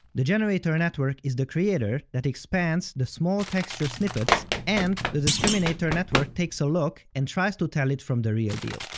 the generator network is the creator that expands the small texture snippets, and the discriminator network takes a look and tries to tell it from the real deal.